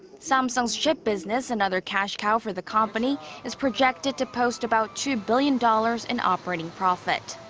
samsung's chip business another cashcow for the company is projected to post about two billion dollars in operating profit.